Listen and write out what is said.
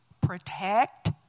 protect